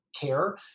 care